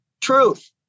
truth